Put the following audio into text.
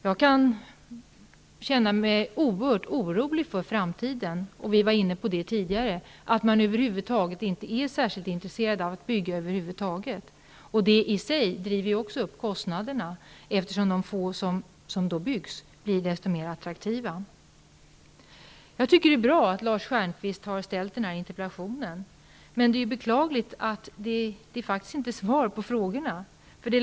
Jag känner mig oerhört orolig inför framtiden, vilket vi också var inne på tidigare, över att man inte är särskilt intresserad av att bygga över huvud taget. Detta i sig driver ju också upp kostnaderna, eftersom de få nya lägenheter som byggs blir desto mer attraktiva. Det är bra att Lars Stjernkvist har framställt den här interpellationen, men det är beklagligt att han inte har fått svar på sina frågor.